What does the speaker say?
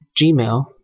Gmail